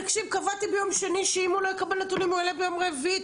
קבעתי שאם ביום שני הוא לא יקבל נתונים הוא יעלה ביום רביעי.